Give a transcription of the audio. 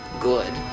good